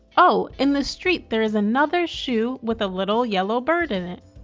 oh in the street there is another shoe with a little yellow bird in it.